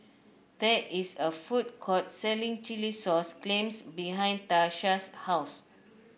there is a food court selling Chilli Sauce Clams behind Tasha's house